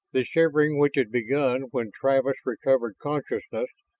the shivering which had begun when travis recovered consciousness,